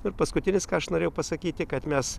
ir paskutinis ką aš norėjau pasakyti kad mes